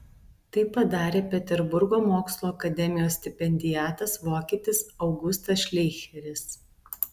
tai padarė peterburgo mokslų akademijos stipendiatas vokietis augustas šleicheris